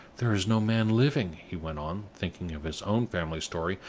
there is no man living, he went on, thinking of his own family story,